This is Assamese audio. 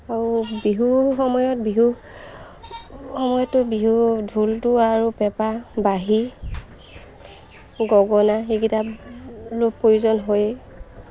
আৰু বিহুৰ সময়ত বিহু সময়তো বিহু ঢোলটো আৰু পেঁপা বাঁহী গগনা সেইকেইটাৰতো প্ৰয়োজন হয়েই